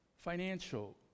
Financial